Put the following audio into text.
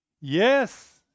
Yes